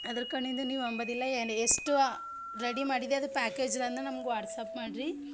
ಅದ್ರ ಕಡಿಂದು ನೀವಂಬೊದಿಲ್ಲ ಏನು ಎಷ್ಟು ರೆಡಿ ಮಾಡಿದೆ ಅದು ಪ್ಯಾಕೇಜ್ ಬಂದು ನಮ್ಗೆ ವಾಟ್ಸ್ಯಾಪ್ ಮಾಡಿರಿ